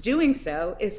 doing so i